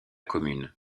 commune